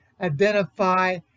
identify